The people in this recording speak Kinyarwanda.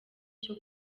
cyo